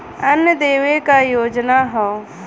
अन्न देवे क योजना हव